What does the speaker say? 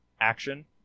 action